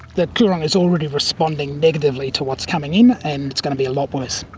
the coorong is already responding negatively to what's coming in, and it's going to be a lot worse.